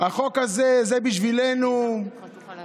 החוק הזה זה בשבילנו חלום,